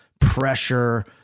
pressure